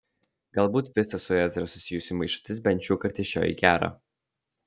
galbūt visa su ezra susijusi maišatis bent šiuokart išėjo į gera